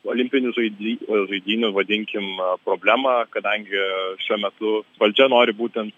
olimpinių žaidy žaidynių vadinkim problemą kadangi šiuo metu valdžia nori būtent